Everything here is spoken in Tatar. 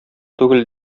түгел